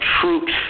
troops